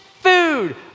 food